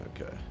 Okay